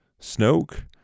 Snoke